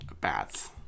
bats